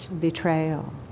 betrayal